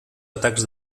atacs